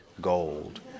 gold